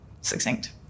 succinct